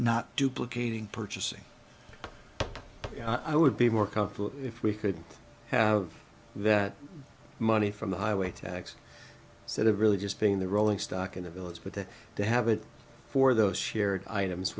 not duplicating purchasing i would be more comfortable if we could have that money from the highway tax so that really just being the rolling stock in the village but that to have it for those shared items